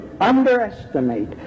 underestimate